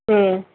ఆ